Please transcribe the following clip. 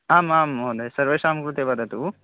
आम् आं महोदयः सर्वेषां कृते वदतु